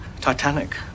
Titanic